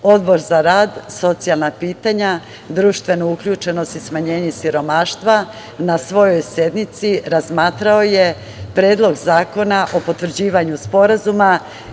Odbor za rad, socijalna pitanja, društvenu uključenost i smanjenje siromaštva na svojoj sednici razmatrao je Predlog zakona o potvrđivanju sporazuma